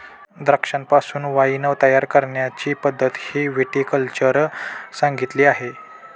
द्राक्षांपासून वाइन तयार करण्याची पद्धतही विटी कल्चर सांगितली आहे